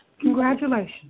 congratulations